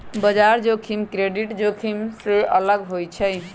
बजार जोखिम क्रेडिट जोखिम से अलग होइ छइ